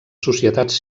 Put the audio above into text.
societats